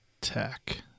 Tech